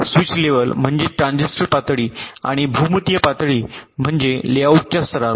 switch level म्हणजे transistor पातळी आणि भूमितीय पातळी म्हणजे लेआउटच्या स्तरावर